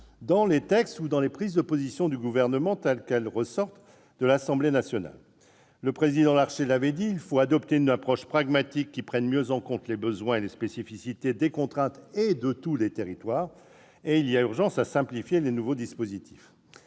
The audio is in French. dans les textes et les prises de position du Gouvernement. Le président Larcher l'a dit : il faut adopter une approche pragmatique qui prenne mieux en compte les besoins et les spécificités des contraintes de tous les territoires, et il y a urgence à simplifier les nouveaux dispositifs.